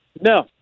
No